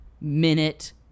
minute